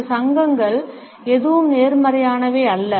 இந்த சங்கங்கள் எதுவும் நேர்மறையானவை அல்ல